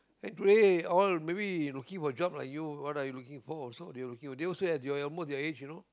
today all maybe looking for job like you what are you looking for so they will looking they also as your almost your age you know